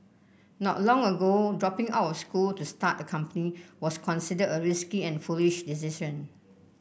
not long ago dropping out of school to start a company was considered a risky and foolish decision